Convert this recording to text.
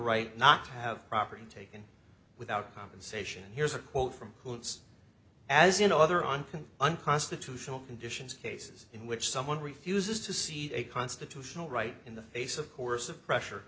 right not to have property taken without compensation and here's a quote from koontz as you know other on unconstitutional conditions cases in which someone refuses to cede a constitutional right in the face of course of pressure